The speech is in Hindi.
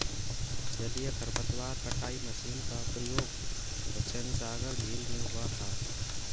जलीय खरपतवार कटाई मशीन का प्रयोग हुसैनसागर झील में हुआ था